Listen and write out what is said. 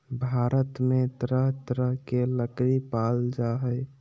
भारत में तरह तरह के लकरी पाल जा हइ